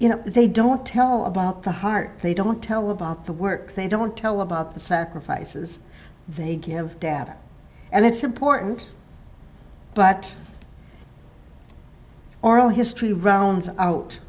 you know they don't tell about the heart they don't tell about the work they don't tell about the sacrifices they give data and it's important but oral history rounds out